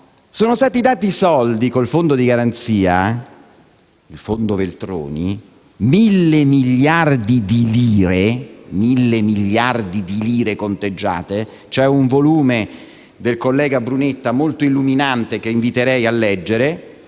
Sono stati dati soldi con il fondo di garanzia, il fondo Veltroni, per mille miliardi di lire conteggiate. Vi è un manuale del collega Brunetta molto illuminante, che inviterei a leggere,